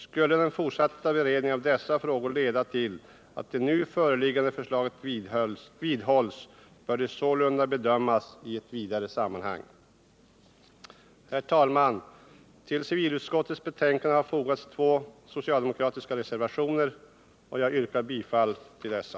Skulle den fortsatta beredningen av dessa frågor leda till att det nu föreliggande förslaget vidhålls, bör det sålunda bedömas i ett vidare sammanhang. Herr talman! Till civilutskottets betänkande har fogats två socialdemokratiska reservationer, och jag yrkar bifall till dessa.